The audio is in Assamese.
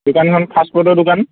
দোকানখন ফাষ্ট ফুডৰ দোকান